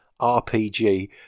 RPG